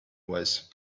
was